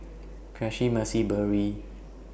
Cressie Mercy Berry